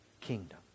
kingdom